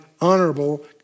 honorable